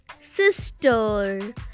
sister